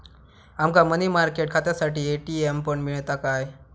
आमका money market खात्यासाठी ATM पण मिळता काय?